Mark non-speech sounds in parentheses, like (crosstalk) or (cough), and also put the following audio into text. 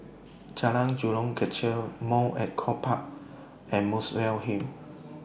Jalan Jurong Kechil Mount Echo Park and Muswell Hill (noise)